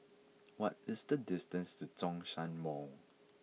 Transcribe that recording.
what is the distance to Zhongshan Mall